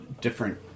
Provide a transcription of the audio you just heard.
different –